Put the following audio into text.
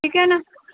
ठीक है ना